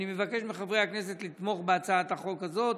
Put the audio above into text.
אני מבקש מחברי הכנסת לתמוך בהצעת החוק הזאת.